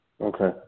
Okay